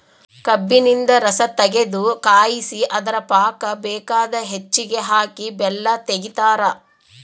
ಕಬ್ಬಿನಿಂದ ರಸತಗೆದು ಕಾಯಿಸಿ ಅದರ ಪಾಕ ಬೇಕಾದ ಹೆಚ್ಚಿಗೆ ಹಾಕಿ ಬೆಲ್ಲ ತೆಗಿತಾರ